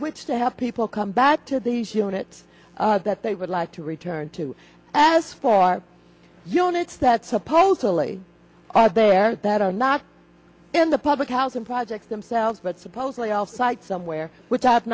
which to have people come back to the unit that they would like to return to as far units that supposedly are there that are not in the public housing projects themselves but supposedly off site somewhere which i